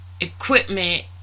equipment